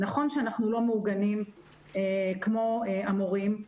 נכון שאנחנו לא מאורגנים כמו המורים,